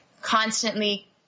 constantly